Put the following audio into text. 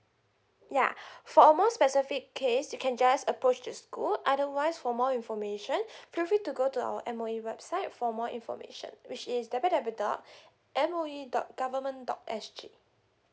yeah for a more specific case you can just approach to school otherwise for more information feel free to go to our M_O_E website for more information which is W_W dot M O E dot government dot S G